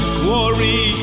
glory